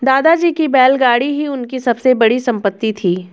दादाजी की बैलगाड़ी ही उनकी सबसे बड़ी संपत्ति थी